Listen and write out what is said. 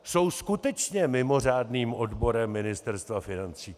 Jsou skutečně mimořádným odborem Ministerstva financí.